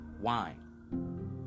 Wine